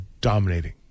dominating